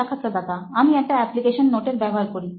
সাক্ষাৎকারদাতা আমি একটা এপ্লিকেশন নোটের ব্যবহার করি